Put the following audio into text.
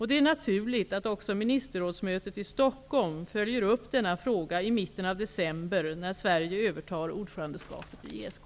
Det är naturligt att också ministerrådsmötet i Stockholm följer upp denna fråga i mitten av december, när Sverige övertar ordförandeskapet i ESK.